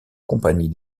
compagnie